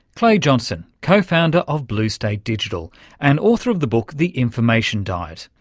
clay johnson, co-founder of blue state digital and author of the book the information diet.